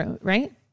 right